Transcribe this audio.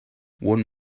one